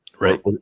Right